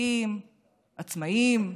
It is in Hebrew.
עסקים של עצמאים.